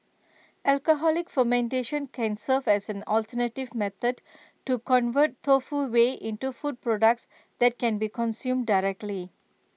alcoholic fermentation can serve as an alternative method to convert tofu whey into food products that can be consumed directly